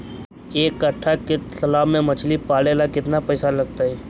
एक कट्ठा के तालाब में मछली पाले ल केतना पैसा लगतै?